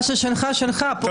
מה ששלך, שלך.